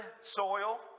soil